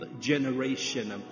generation